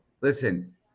listen